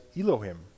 Elohim